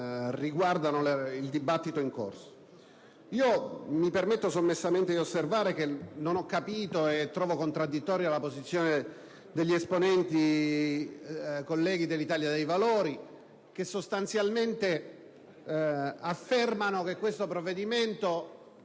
riguardano il dibattito in corso. Mi permetto sommessamente di osservare che non ho capito, e trovo contraddittoria, la posizione degli esponenti colleghi dell'Italia dei Valori, i quali sostanzialmente hanno affermato che questo provvedimento